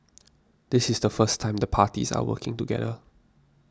this is the first time the parties are working together